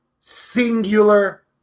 singular